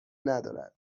ندارد